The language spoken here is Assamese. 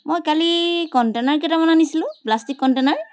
মই কালি কণ্টে'নাৰ কেইটামান আনিছিলো প্লাষ্টিক কণ্টে'নাৰ